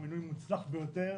זהו מינוי מוצלח ביותר.